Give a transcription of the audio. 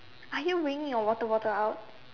are you bringing your water bottle out